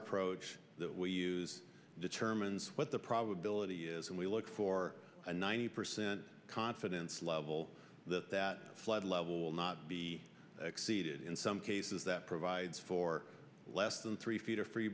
approach that we use determines what the probability is and we look for a ninety percent confidence level that that flood level will not be exceeded in some cases that provides for less than three feet